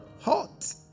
Hot